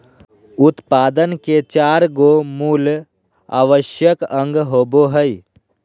उत्पादन के चार गो मूल आवश्यक अंग होबो हइ